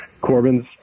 Corbin's